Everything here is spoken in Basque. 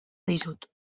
dizut